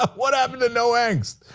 what happened to no angst?